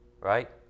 right